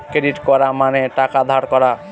credit করা মানে টাকা ধার করা